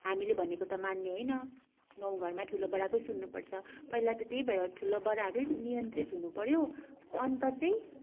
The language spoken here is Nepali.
हामीले भनेको त मान्ने होइन गाउँघरमा ठुलोबडाकै सुन्नुपर्छ पहिला त त्यही भएर ठुलाबडाहरू नियन्त्रित हुनुपऱ्यो अन्त चाहिँ